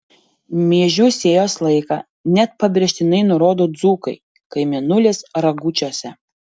miežių sėjos laiką net pabrėžtinai nurodo dzūkai kai mėnulis ragučiuose